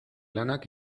lanak